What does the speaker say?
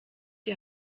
die